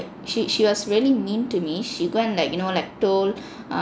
she she was really mean to me she go and like you know like told